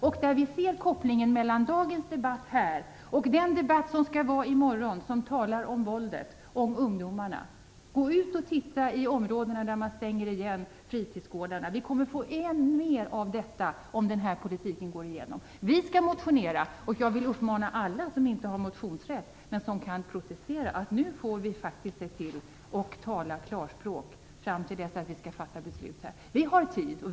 Vi måste se kopplingen mellan dagens debatt och den debatt som skall vara i morgon, när vi skall tala om våldet och ungdomarna. Gå och ut och titta i områdena där man stänger igen fritidsgårdarna! Vi kommer att få än mer av detta om denna politik går igenom. Vi skall motionera. Jag vill uppmana alla som inte har motionsrätt men som kan protestera: Nu får vi se till att tala klarspråk fram till dess att beslut skall fattas här. Vi har tid.